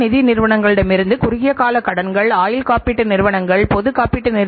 நாம் கவலைப்படுவதற்கு ஒரு காரணம்குறைபாடுகள் ஏன் நம்முடைய இலக்குக்கு 0